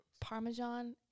parmesan